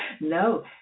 No